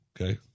okay